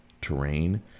terrain